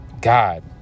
God